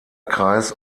kreis